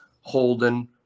Holden